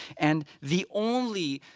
and the only